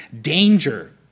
Danger